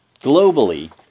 Globally